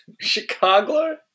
Chicago